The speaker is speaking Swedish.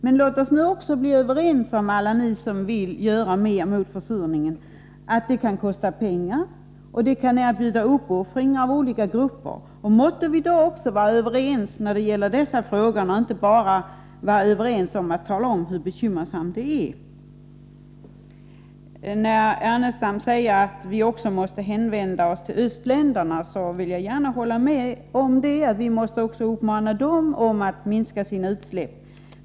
Men låt oss också bli överens, alla vi som vill göra mer mot försurningen, om att det kommer att kosta pengar och innebära uppoffringar för olika grupper. Måtte vi då vara överens också om dessa frågor och inte bara när det gäller att tala om hur bekymmersamt läget är. När Lars Ernestam säger att vi måste hänvända oss också till östländerna, håller jag gärna med honom. Vi måste uppmana även dem att minska sina utsläpp.